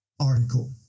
article